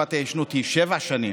תקופת ההתיישנות היא שבע שנים,